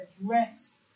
address